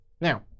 Now